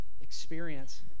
experience